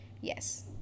Yes